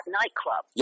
nightclub